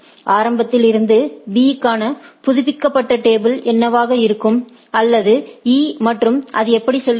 ஆரம்பத்தில் இருந்து B க்கான புதுப்பிக்கப்பட்ட டேபிள் என்னவாக இருக்கும் அல்லது E மற்றும் அது எப்படி செல்கிறது